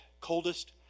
coldest